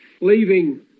leaving